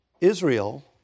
Israel